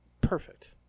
Perfect